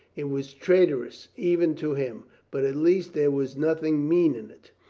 it was traitorous even to him, but at least there was nothing mean in it.